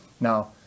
Now